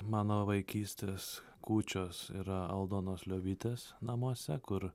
mano vaikystės kūčios yra aldonos liobytės namuose kur